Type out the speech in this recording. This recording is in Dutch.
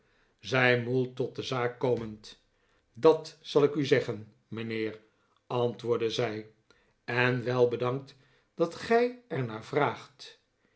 zei mould tot de zaak komend dat zal ik u zeggen mijnheer antwoordde zij en wel bedankt dat gij er naar vraagt